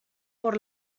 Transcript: por